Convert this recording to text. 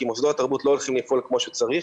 כי מוסדות התרבות לא הולכים לפעול כמו שצריך.